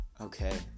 Okay